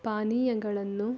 ಪಾನೀಯಗಳನ್ನು